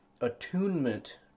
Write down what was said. attunement